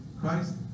Christ